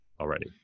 already